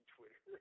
Twitter